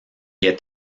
est